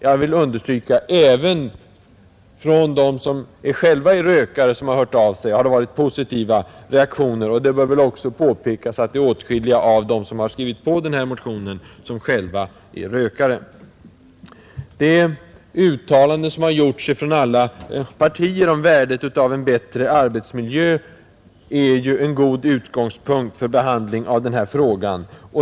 Jag vill understryka att även från dem som själva är rökare och som har låtit höra av sig har det varit positiva reaktioner. Det bör väl också påpekas att åtskilliga av dem som har skrivit under den här motionen själva är rökare. De uttalanden som har gjorts från alla partier om värdet av en bättre arbetsmiljö, är ju en god utgångspunkt för behandling av den här frågan.